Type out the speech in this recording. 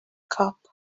cup